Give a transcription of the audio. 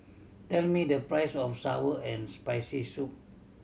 tell me the price of sour and Spicy Soup